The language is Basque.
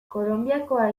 kolonbiakoa